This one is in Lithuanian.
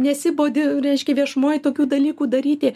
nesibodi reiškia viešumoj tokių dalykų daryti